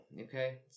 okay